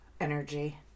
energy